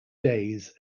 days